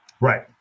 Right